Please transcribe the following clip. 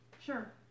Sure